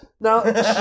Now